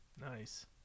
Nice